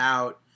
Out